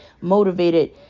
motivated